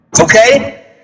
Okay